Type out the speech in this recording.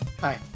hi